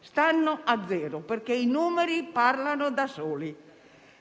stanno a zero, perché i numeri parlano da soli.